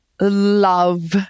love